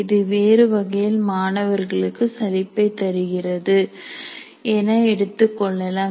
இது வேறுவகையில் மாணவர்களுக்கு சலிப்பை தருகிறது என எடுத்துக்கொள்ளலாம்